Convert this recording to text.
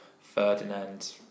Ferdinand